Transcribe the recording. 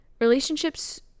relationships